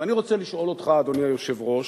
ואני רוצה לשאול אותך, אדוני היושב-ראש,